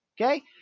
okay